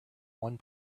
one